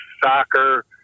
soccer